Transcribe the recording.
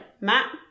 Matt